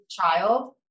child